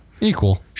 Equal